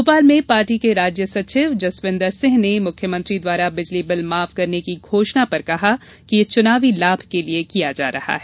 भोपाल में पार्टी के राज्य सचिव जसविंदर सिंह ने मुख्यमंत्री द्वारा बिजली बिल माफ करने की घोषणा पर कहा कि यह चुनावी लाभ के लिये किया जा रहा है